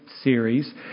series